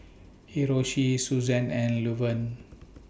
Hiroshi Susann and Luverne